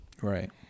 Right